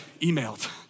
emailed